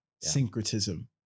syncretism